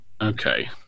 Okay